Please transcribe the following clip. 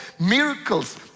miracles